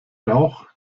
rauch